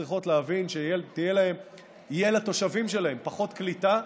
צריכות להבין שלתושבים שלהן תהיה פחות קליטה,